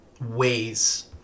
ways